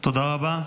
תודה רבה.